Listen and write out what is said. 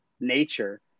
nature